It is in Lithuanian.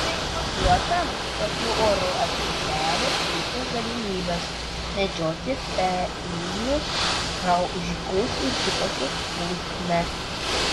suopiams tokiu oru atsiveria puikios galimybės medžioti pelinius graužikus ir kitokią smulkmę